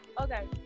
Okay